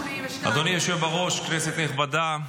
אדוני היושב-ראש, כנסת נכבדה,